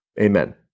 Amen